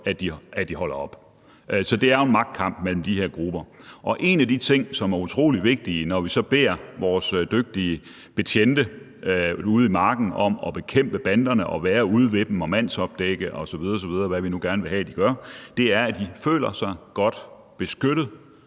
at de holder op. Så det er en magtkamp mellem de her grupper. Og en af de ting, som er utrolig vigtig, når vi så beder vores dygtige betjente ude i marken om at bekæmpe banderne og være ude ved dem og mandsopdække dem osv. osv., og hvad vi nu gerne vil have de gør, er, at de føler sig godt beskyttet